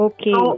Okay